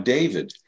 David